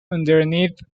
underneath